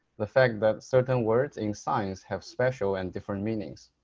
the fact that certain words in science have special and different meanings.